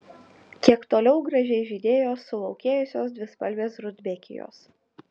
kiek toliau gražiai žydėjo sulaukėjusios dvispalvės rudbekijos